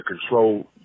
control